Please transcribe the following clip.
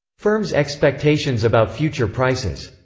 firms' expectations about future prices.